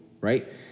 right